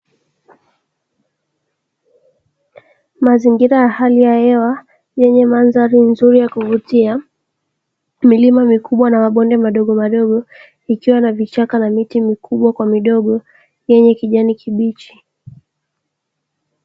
Mazingira ya hali ya hewa yenye mandhari nzuri ya kuvutia, milima mikubwa na mabonde madogo madogo ikiwa na vichaka na miti mikubwa kwa midogo yenye kijani kibichi.